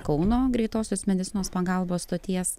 kauno greitosios medicinos pagalbos stoties